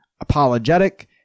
apologetic